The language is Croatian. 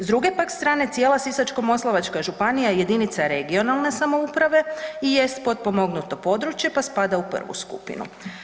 S druge pak strane, cijela Sisačko-moslavačka županija i jedinice regionalne samouprave i jest potpomognuto područje pa spada u I. skupinu.